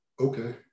okay